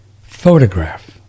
photograph